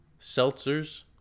seltzers